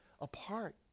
apart